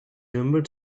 remembered